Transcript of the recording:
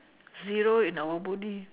zero in our body